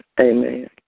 Amen